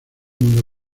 mundo